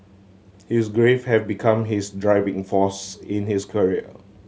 his grief have become his driving force in his career